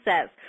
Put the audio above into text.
says